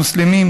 מוסלמים,